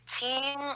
team